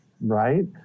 right